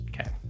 Okay